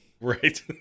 right